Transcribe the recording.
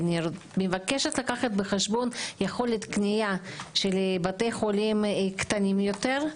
אני מבקשת לקחת בחשבון את יכולת הקנייה של בתי החולים הקטנים יותר,